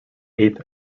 eighth